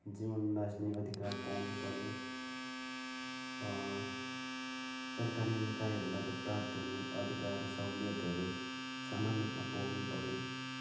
जीवन बाँच्ने अधिकार पाउनुपऱ्यो सरकारी निकायहरूबाट प्राप्त हुने अधिकार सहुलियतहरू समान रूपमा पाउनुपऱ्यो